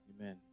Amen